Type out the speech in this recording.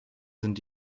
sind